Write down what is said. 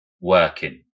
working